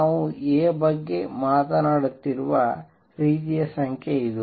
ನಾವು A ಬಗ್ಗೆ ಮಾತನಾಡುತ್ತಿರುವ ರೀತಿಯ ಸಂಖ್ಯೆ ಇದು